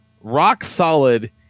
rock-solid